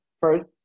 first